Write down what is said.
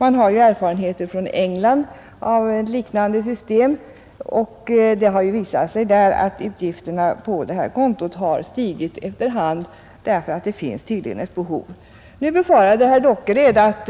Man har ju i England erfarenhet av liknande system, och det har där visat sig att utgifterna på detta konto efter hand har stigit, därför att det tydligen finns ett behov. Herr Dockered sade att